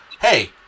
hey